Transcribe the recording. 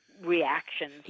reactions